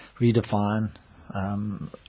Redefine